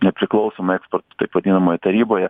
nepriklausomoj ekspertų taip vadinamoj taryboje